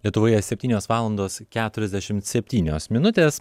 lietuvoje septynios valandos keturiasdešim septynios minutės